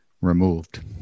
removed